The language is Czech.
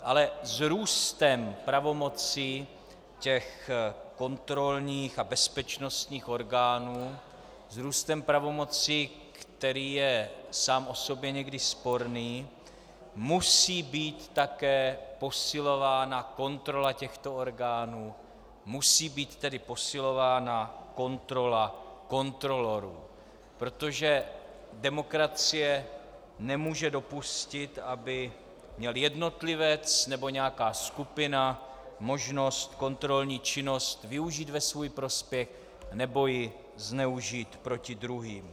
Ale s růstem pravomoci těch kontrolních a bezpečnostních orgánů, s růstem pravomoci, který je sám o sobě někdy sporný, musí být také posilována kontrola těchto orgánů, musí být tedy posilována kontrola kontrolorů, protože demokracie nemůže dopustit, aby měl jednotlivec nebo nějaká skupina možnost kontrolní činnost využít ve svůj prospěch nebo ji zneužít proti druhým.